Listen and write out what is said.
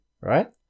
right